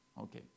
Okay